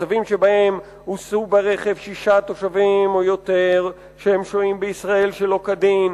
מצבים שבהם הוסעו ברכב שישה תושבים או יותר ששוהים בישראל שלא כדין,